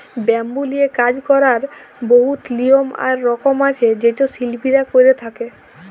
bamboo লিয়ে কাজ ক্যরার বহুত লিয়ম আর রকম আছে যেট শিল্পীরা ক্যরে থ্যকে